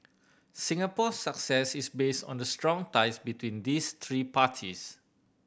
Singapore's success is based on the strong ties between these three parties